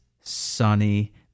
sunny